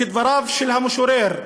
וכדבריו של המשורר,